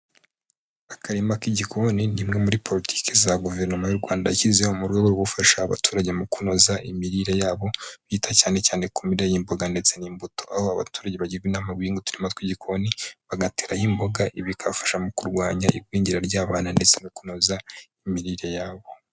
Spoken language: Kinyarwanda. Akarima k'igikoni ni imwe muri politiki za guverinoma y'u Rwanda yashyizeho mu rwo gufasha abaturage mu kunoza imirire yabo bita cyane cyane ku mirire y'imboga ndetse n'imbuto, aho abaturage bagirwa inama yo guhinga uturima tw'igikoni bagateraho imboga bikabafasha mu kurwanya igwingira ry'abana ndetse no kunoza imirire yabo.